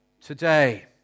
today